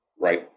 Right